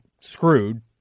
screwed